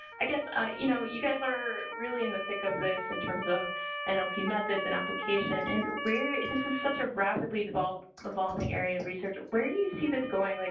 i guess. ah, you know, you guys are really in the thick of this in terms of and l. p, methods and application and where this is such a rapidly evolved evolving area of research. where do you see this going? like